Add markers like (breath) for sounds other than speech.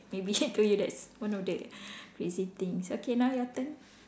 maybe (noise) to you that's one of the (breath) crazy things okay now your turn